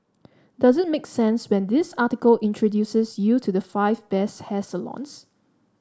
does it make sense when this article introduces you the five best hair salons